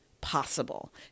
possible